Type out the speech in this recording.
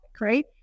right